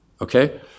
Okay